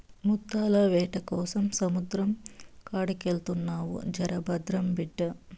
ముత్తాల వేటకోసం సముద్రం కాడికెళ్తున్నావు జర భద్రం బిడ్డా